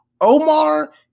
Omar